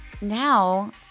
now